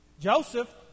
Joseph